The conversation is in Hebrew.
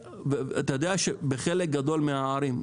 בחלק גדול מהערים,